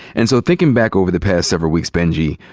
and so thinking back over the past several weeks, benjy,